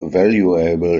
valuable